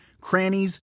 crannies